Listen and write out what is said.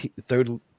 third